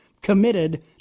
committed